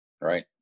Right